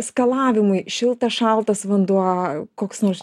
skalavimui šiltas šaltas vanduo koks nors